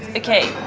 ok,